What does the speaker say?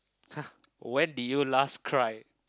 !huh! when did you last cry